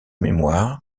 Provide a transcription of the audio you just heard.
mémoires